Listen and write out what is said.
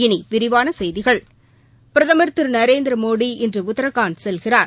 இனி விரிவான செய்திகள பிரதமர் திரு நரேந்திர மோடி இன்று உத்தரகாண்ட் செல்கிறார்